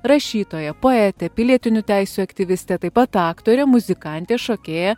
rašytoja poetė pilietinių teisių aktyvistė taip pat aktorė muzikantė šokėja